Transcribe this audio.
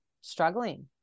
struggling